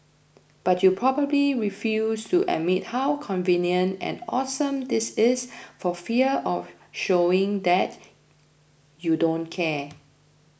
but you probably refuse to admit how convenient and awesome this is for fear of showing that you don't care